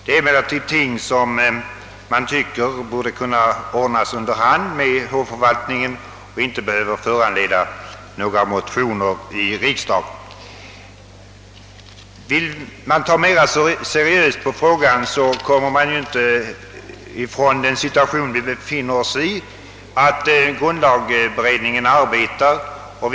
Det är emellertid ting som jag tycker borde kunna ordnas under hand med hovförvaltningen och inte behöva föranleda några motioner i riksdagen. För att ta mer seriöst på frågan kommer man inte ifrån det faktum att grundlagberedningens arbete pågår.